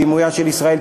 דימויה של ישראל,